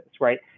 right